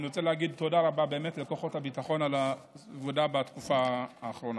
אני רוצה באמת להגיד תודה לכוחות הביטחון על העבודה בתקופה האחרונה.